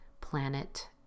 planet